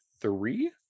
three